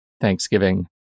Thanksgiving